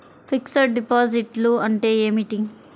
Fixed డిపాజిట్లు అంటే ఏమిటి?